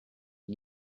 and